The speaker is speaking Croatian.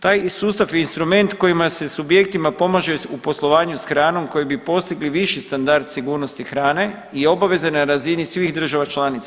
Taj sustav je instrument kojima se subjektima pomaže u poslovanju sa hranom koji bi postigli viši standard sigurnosti hrane i obaveza na razini svih država članica.